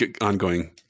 ongoing